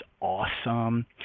awesome